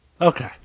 Okay